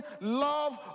love